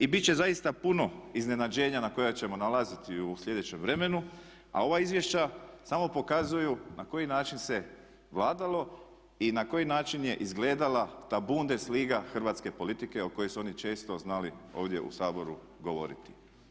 I bit će zaista puno iznenađenja na koja ćemo nailaziti u slijedećem vremenu a ova izvješća samo pokazuju na koji način se vladalo i na koji način je izgledala ta Bundesliga hrvatske politike o kojoj su oni često znali ovdje u Saboru govoriti.